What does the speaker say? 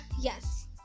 yes